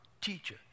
teacher